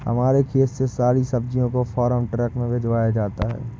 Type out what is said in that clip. हमारे खेत से सारी सब्जियों को फार्म ट्रक में भिजवाया जाता है